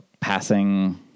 passing